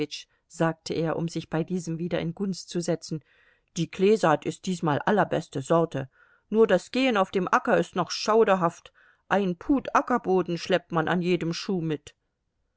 sagte er um sich bei diesem wieder in gunst zu setzen die kleesaat ist diesmal allerbeste sorte nur das gehen auf dem acker ist noch schauderhaft ein pud ackerboden schleppt man an jedem schuh mit